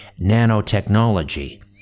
nanotechnology